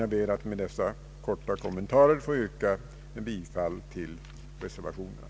Jag ber att med dessa korta kommentarer få yrka bifall till reservationerna.